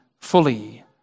fully